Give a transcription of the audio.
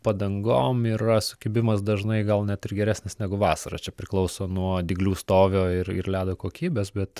padangom yra sukibimas dažnai gal net ir geresnis negu vasarą čia priklauso nuo dyglių stovio ir ir ledo kokybės bet